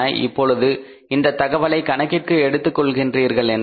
இப்பொழுது இந்த தகவலை கணக்கிற்கு எடுத்துக் கொள்கிறீர்கள் என்றால்